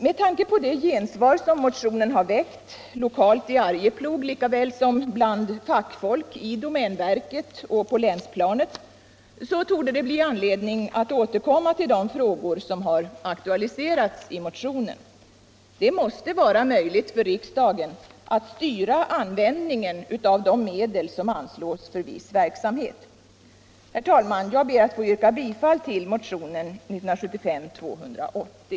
Med tanke på det gensvar som motionen har väckt — lokalt i Arjeplog lika väl som bland fackfolk i domänverket och på länsplanet — torde det bli anledning att återkomma till de frågor som har aktualiserats i motionen. Det måste vara möjligt för riksdagen att styra användningen av medel som anslås för viss verksamhet. Herr talman! Jag ber att få yrka bifall till motionen 280.